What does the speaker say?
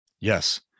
Yes